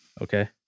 Okay